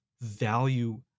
value